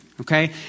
Okay